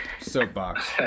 soapbox